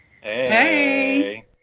Hey